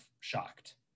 shocked